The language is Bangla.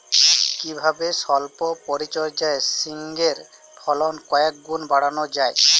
কিভাবে সল্প পরিচর্যায় ঝিঙ্গের ফলন কয়েক গুণ বাড়ানো যায়?